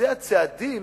לבצע צעדים,